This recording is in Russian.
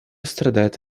страдает